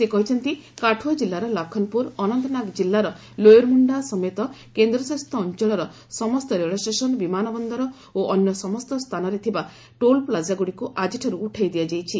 ସେ କହିଛନ୍ତି କାଠୁଆ କିଲ୍ଲାର ଲଖନପୁର ଅନନ୍ତନାଗ ଜିଲ୍ଲାର ଲୋୟର ମୁଣ୍ଡା ସମେତ କେନ୍ଦ୍ରଶାସିତ ଅଞ୍ଚଳର ସମସ୍ତ ରେଳ ଷ୍ଟେସନ ବିମାନ ବନ୍ଦର ଓ ଅନ୍ୟ ସମସ୍ତ ସ୍ଥାନରେ ଥିବାର ଟୋଲ୍ ପ୍ଲାଜାଗୁଡ଼ିକୁ ଆଜିଠାରୁ ଉଠାଇ ଦିଆଯାଇଛି